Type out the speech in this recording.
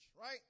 right